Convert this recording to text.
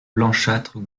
blanchâtres